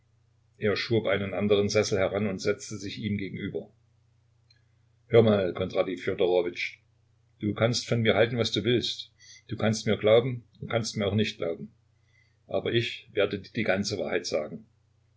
er schob einen anderen sessel heran und setzte sich ihm gegenüber hör mal kondratij fjodorowitsch du kannst von mir halten was du willst du kannst mir glauben und kannst mir auch nicht glauben aber ich werde dir die ganze wahrheit sagen